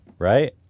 Right